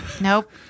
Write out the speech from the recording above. Nope